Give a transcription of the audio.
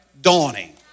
dawning